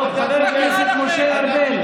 זה מזעזע, זה חיי אדם.